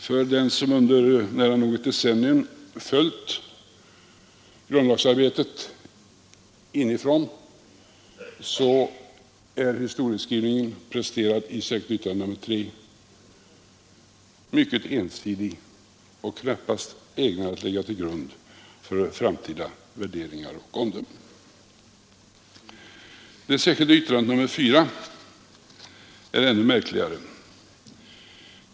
För den som under nära nog ett decennium följt grundlagsarbetet inifrån är den historieskrivning som presenteras i det särskilda yttrandet nr 3 mycket ensidig och knappast ägnad att ligga till grund för framtida värderingar och omdömen. Det särskilda yttrandet nr 4 är ännu märkligare.